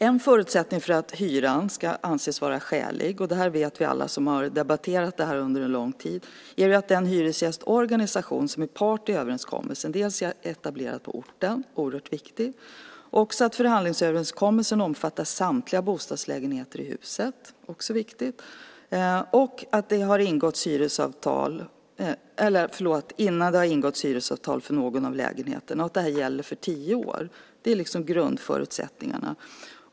En förutsättning för att hyran ska anses vara skälig - och det här vet vi alla som har debatterat det här under lång tid - är att den hyresgästorganisation som är part i överenskommelsen är etablerad på orten, det är oerhört viktigt, att förhandlingsöverenskommelsen omfattar samtliga bostadslägenheter i huset, vilket också är viktigt, innan det har ingåtts hyresavtal för någon av lägenheterna och att det här gäller för tio år. Det är grundförutsättningarna.